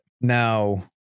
Now